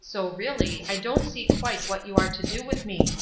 so, really, i don't see quite what you are to do with me.